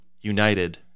united